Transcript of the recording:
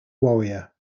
warrior